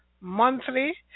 monthly